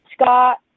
Scott